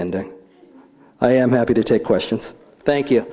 ending i am happy to take questions thank you